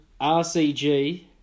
RCG